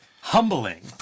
humbling